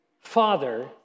Father